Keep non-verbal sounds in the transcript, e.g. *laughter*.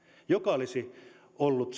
mikä olisi ollut *unintelligible*